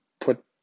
put